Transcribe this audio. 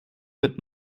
wird